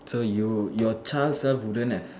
so you your child self wouldn't have